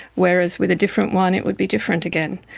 whereas with a different one it would be different again.